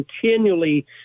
continually